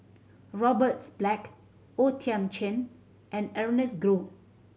Roberts Black O Thiam Chin and Ernest Goh